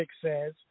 says